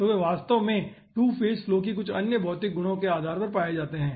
तो वे वास्तव में 2 फेज फ्लो की कुछ अन्य भौतिक गुणों के आधार पर पाए जाते हैं